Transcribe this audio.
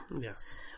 Yes